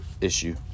issue